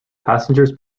passengers